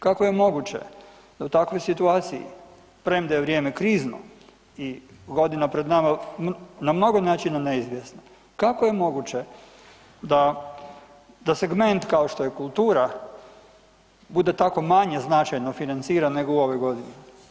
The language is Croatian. Kako je moguće da u takvoj situaciji, premda je vrijeme krizno i godina pred nama na mnogo načina neizvjesna, kako je moguće da, da segment kao što je kultura bude tako manje značajno financiran nego u ovoj godini?